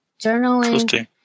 journaling